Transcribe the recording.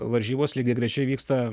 varžybos lygiagrečiai vyksta